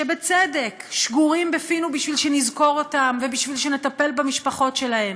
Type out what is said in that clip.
שבצדק שגורים בפינו בשביל שנזכור אותם ובשביל שנטפל במשפחות שלהם.